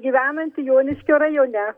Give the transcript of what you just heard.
gyvenanti joniškio rajone